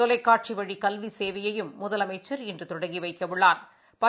தொலைக்காட்சி வழி கல்வி சேவையையும் முதலமைச்சா் இன்று தொடங்கி வைக்கவுள்ளாா்